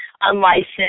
unlicensed